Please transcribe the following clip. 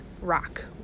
rock